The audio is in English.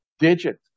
Digit